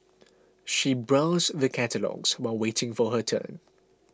she browsed through the catalogues while waiting for her turn